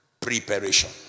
preparation